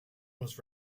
was